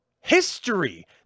history